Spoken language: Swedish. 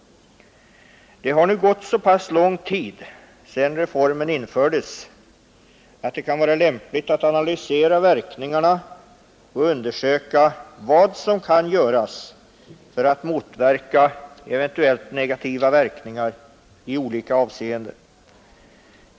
Det har nu gått så pass lång tid sedan reformen infördes att det kan vara lämpligt att analysera verkningarna och undersöka vad som kan göras för att motverka eventuellt negativa verkningar i olika avseenden.